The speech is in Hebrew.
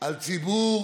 על ציבור